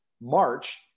March